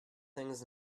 things